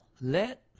let